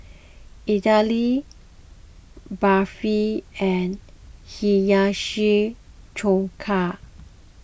Idili Barfi and Hiyashi Chuka